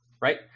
right